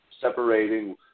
separating